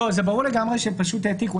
זה ברור לגמרי שהם פשוט העתיקו,